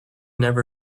never